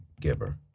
giver